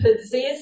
possess